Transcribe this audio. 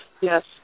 Yes